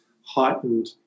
heightened